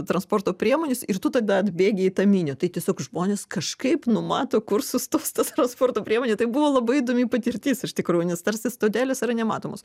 transporto priemonės ir tu tada atbėgi į tą minią tai tiesiog žmonės kažkaip numato kur sustos ta transporto priemonė tai buvo labai įdomi patirtis iš tikrųjų nes tarsi stotelės yra nematomos